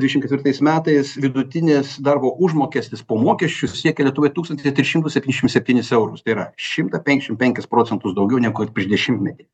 dvidešimt ketvirtais metais vidutinis darbo užmokestis po mokesčių siekė lietuvoje tūkstantis keturis šimtus septyniasdešimt septynis eurus tai yra šimtą penkiasdešimt penkis procentus daugiau negu kad prieš dešimtmetį